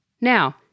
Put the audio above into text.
Now